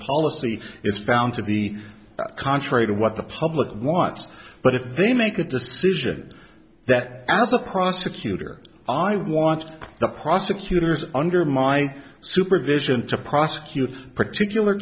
policy is found to be contrary to what the public wants but if they make a decision that as a prosecutor i want the prosecutors under my supervision to prosecute particular